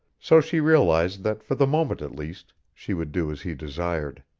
so she realized that for the moment at least she would do as he desired.